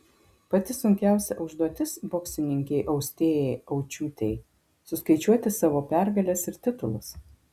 pati sunkiausia užduotis boksininkei austėjai aučiūtei suskaičiuoti savo pergales ir titulus